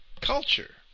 culture